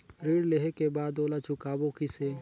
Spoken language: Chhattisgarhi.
ऋण लेहें के बाद ओला चुकाबो किसे?